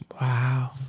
Wow